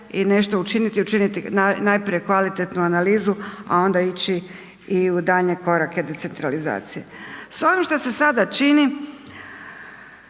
i nešto učiniti i učiniti najprije kvalitetnu analizu, a onda ići i u daljnje korake decentralizacije. S ovim što se sada čini,